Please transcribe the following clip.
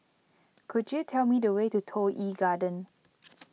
could you tell me the way to Toh Yi Garden